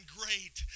great